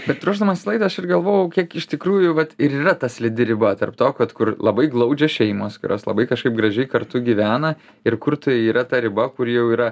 bet ruošdamasis laidai aš ir galvojau kiek iš tikrųjų vat ir yra ta slidi riba tarp to kad kur labai glaudžios šeimos kurios labai kažkaip gražiai kartu gyvena ir kur tai yra ta riba kuri jau yra